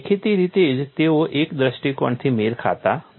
દેખીતી રીતે જ તેઓ એક દૃષ્ટિકોણથી મેળ ખાતા નથી